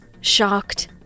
shocked